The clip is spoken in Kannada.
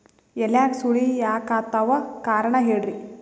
ಎಲ್ಯಾಗ ಸುಳಿ ಯಾಕಾತ್ತಾವ ಕಾರಣ ಹೇಳ್ರಿ?